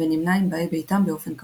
ונמנה עם באי ביתם באופן קבוע.